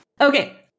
Okay